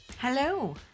Hello